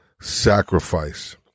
sacrifice